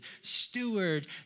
steward